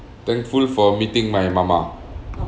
thankful for meeting my mama